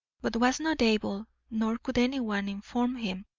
but was not able, nor could anyone inform him,